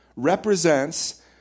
Represents